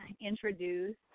introduce